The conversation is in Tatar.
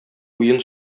уен